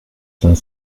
cinq